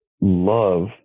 love